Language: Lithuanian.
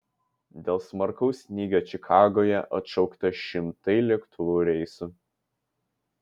dėl smarkaus snygio čikagoje atšaukta šimtai lėktuvų reisų